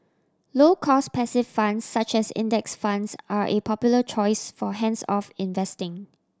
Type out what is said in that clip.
low cost passive funds such as Index Funds are a popular choice for hands off investing